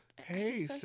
hey